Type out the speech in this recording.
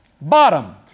bottom